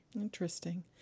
Interesting